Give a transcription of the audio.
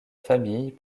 famille